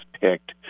picked